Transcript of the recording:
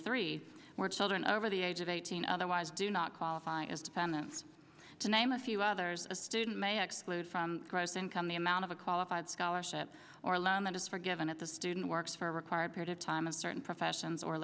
three more children over the age of eighteen otherwise do not qualify as dependents to name a few others a student may exclude from gross income the amount of a qualified scholarship or loan that is forgiven at the student works for required period of time a certain professions or